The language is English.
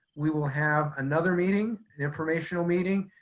we will have another meeting, the informational meeting.